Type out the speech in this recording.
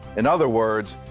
in other words,